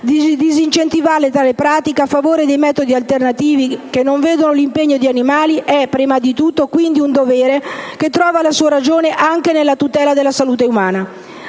Disincentivare tale pratica a favore di metodi alternativi che non vedano l'impiego di animali è prima di tutto, quindi, un dovere che trova la sua ragione anche nella tutela della salute umana.